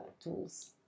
tools